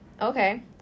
okay